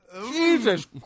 Jesus